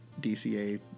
DCA